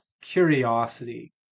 curiosity